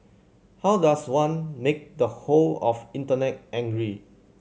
how does one make the whole of Internet angry